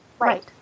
Right